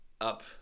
up